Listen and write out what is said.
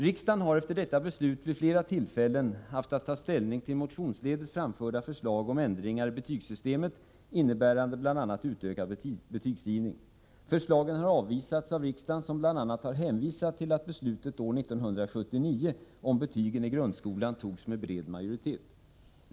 Riksdagen har efter detta beslut vid flera tillfällen haft att ta ställning till motionsledes framförda förslag om ändringar i betygssystemet innebärande bl.a. utökad betygsgivning. Förslagen har avvisats av riksdagen, som bl.a. har hänvisat till att beslutet år 1979 om betygen i grundskolan togs med bred majoritet.